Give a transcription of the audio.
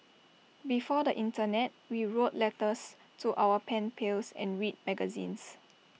before the Internet we wrote letters to our pen pals and read magazines